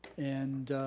and